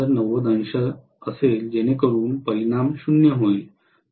हे असेच आहे जेणेकरून परिणाम 0 होईल